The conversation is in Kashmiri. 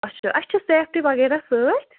اَچھا اَسہِ چھِ سیٚفٹی وَغیرہ سۭتۍ